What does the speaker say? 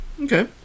Okay